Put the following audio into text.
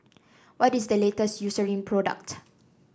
what is the Eucerin product